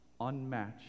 unmatched